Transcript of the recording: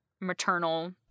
maternal